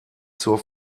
zur